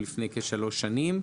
לפני כשלוש שנים,